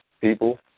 people